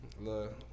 Look